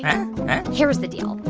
and here's the deal.